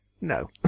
No